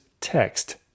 text